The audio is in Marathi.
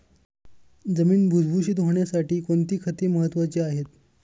जमीन भुसभुशीत होण्यासाठी कोणती खते महत्वाची आहेत?